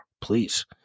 please